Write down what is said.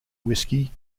whiskey